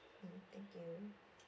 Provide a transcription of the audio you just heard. mm thank you